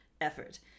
effort